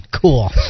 cool